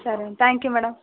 ಸರಿ thank you madam